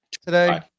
today